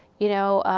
you know,